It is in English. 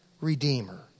redeemer